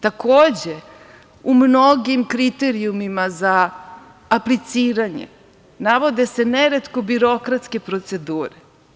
Takođe, u mnogim kriterijumima za apliciranje navode se neretko birokratske procedure.